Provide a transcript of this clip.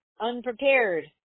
unprepared